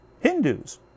Hindus